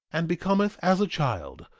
and becometh as a child,